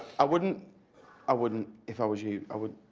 i wouldn't i wouldn't, if i was you. i would.